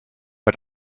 war